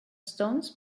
stones